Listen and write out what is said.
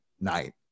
night